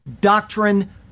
Doctrine